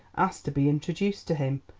asked to be introduced to him,